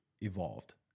evolved